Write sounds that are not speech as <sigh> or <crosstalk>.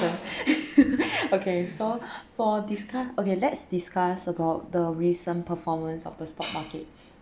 <laughs> okay so <breath> for discu~ okay let's discuss about the recent performance of the stock market